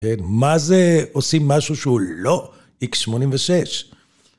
מה זה עושים משהו שהוא לא x86?